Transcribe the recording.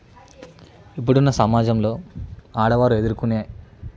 ఇప్పుడున్న సమాజంలో ఆడవారు ఎదుర్కొనే